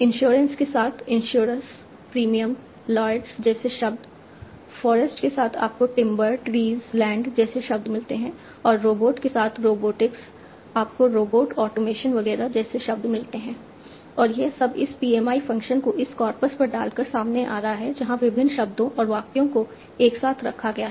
insurance के साथ insurers premium Lloyd's जैसे शब्द फॉरेस्ट के साथ आपको टिंबर ट्रीज लैंड जैसे शब्द मिलते हैं और रोबोट के साथ रोबोटिक्स आपको रोबोट ऑटोमेशन वगैरह जैसे शब्द मिलते हैं और यह सब इस PMI फ़ंक्शन को इस कॉर्पस पर डालकर सामने आ रहा है जहां विभिन्न शब्दों और वाक्यों को एक साथ रखा गया है